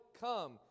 come